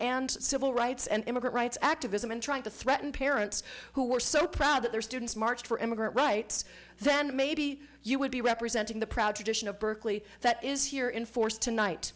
and civil rights and immigrant rights activism and trying to threaten parents who were so proud that their students marched for immigrant rights then maybe you would be representing the proud tradition of berkeley that is here in force tonight